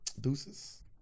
Deuces